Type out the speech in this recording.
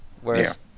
Whereas